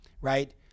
right